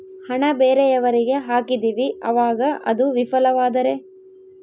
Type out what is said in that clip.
ಹಣ ಬೇರೆಯವರಿಗೆ ಹಾಕಿದಿವಿ ಅವಾಗ ಅದು ವಿಫಲವಾದರೆ?